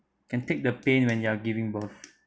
can take the pain when you're giving birth